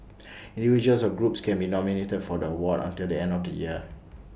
individuals or groups can be nominated for the award until the end of the year